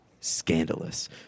Scandalous